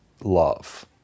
love